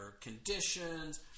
conditions